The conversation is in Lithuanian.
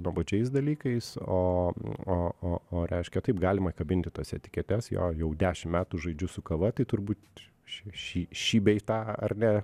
nuobodžiais dalykais o o o o reiškia taip galima kabinti tas etiketes jo jau dešim metų žaidžiu su kava tai turbūt š šį šį bei tą ar ne